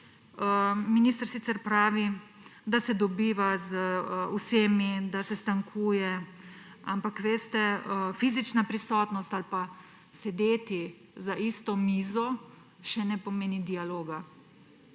Minister sicer pravi, da se dobiva z vsemi, da sestankuje, ampak fizična prisotnost ali pa sedeti za isto mizo še ne pomeni dialoga.